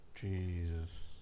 Jesus